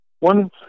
One